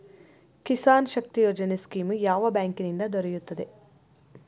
Kisan Shakti Yojana scheme ಯಾವ ಬ್ಯಾಂಕಿನಿಂದ ದೊರೆಯುತ್ತದೆ?